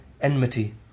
enmity